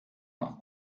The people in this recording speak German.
nach